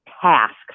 tasks